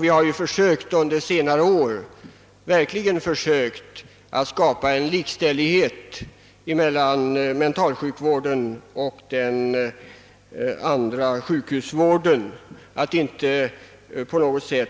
Vi har ju under senare år verkligen försökt att skapa en likställighet emellan mentalsjukvården och kroppssjukvården och att inte på något sätt